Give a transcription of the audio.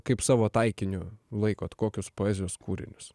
kaip savo taikiniu laikot kokius poezijos kūrinius